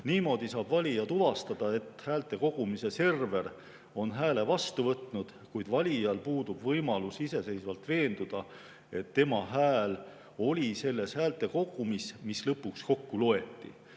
Niimoodi saab valija tuvastada, et häälte kogumise server on hääle vastu võtnud, kuid valijal puudub võimalus iseseisvalt veenduda, et tema hääl oli selles häälte kogumis, mis lõpuks kokku loeti.